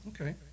okay